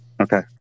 Okay